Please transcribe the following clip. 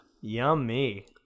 Yummy